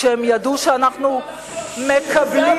כשהם ידעו שאנחנו מקבלים,